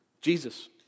Jesus